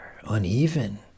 uneven